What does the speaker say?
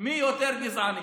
מי יותר גזעני.